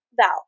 Val